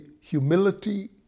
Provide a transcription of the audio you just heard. humility